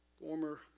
former